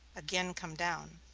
again come down.